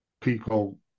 people